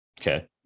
Okay